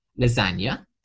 lasagna